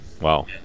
wow